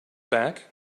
back